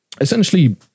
essentially